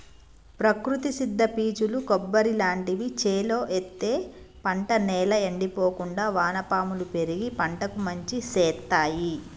ప్రకృతి సిద్ద పీచులు కొబ్బరి లాంటివి చేలో ఎత్తే పంట నేల ఎండిపోకుండా వానపాములు పెరిగి పంటకు మంచి శేత్తాయ్